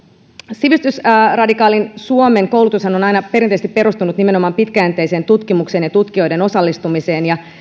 sivistysradikaalin suomen koulutushan on aina perinteisesti perustunut nimenomaan pitkäjänteiseen tutkimukseen ja tutkijoiden osallistumiseen täytyy sanoa että